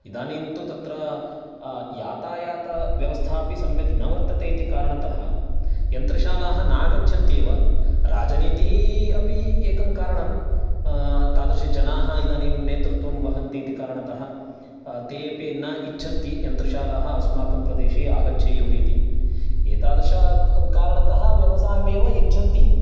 इदानीं तु तत्र यातायात व्यवस्थापि सम्यक् न वर्तते इति कारणतः यन्त्रशालाः नागच्छन्ति एव राजनीतिः अपि एकं कारणं तादृशजनाः इदानिं नेतृत्वं वहन्ति इति कारणतः ते अपि न इच्छन्ति यन्त्रशालाः अस्माकं प्रदेशे आगच्छेयुः इति एतादृश कारणतः व्यवसायं एव इच्छन्ति